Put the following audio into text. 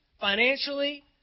Financially